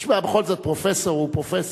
תשמע, בכל זאת, פרופסור הוא פרופסור.